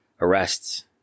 arrests